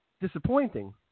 disappointing